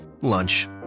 lunch